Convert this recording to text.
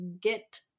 get